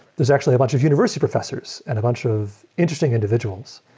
there's actually a bunch of university professors and a bunch of interesting individuals.